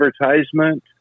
advertisement